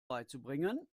beizubringen